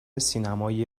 سینمای